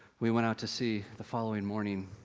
we went out to sea the following morning,